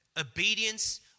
Obedience